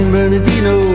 Bernardino